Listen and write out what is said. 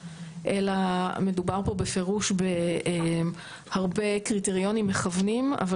אלא מדובר פה בפירוש בהרבה קריטריונים מכוונים אבל